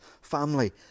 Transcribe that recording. family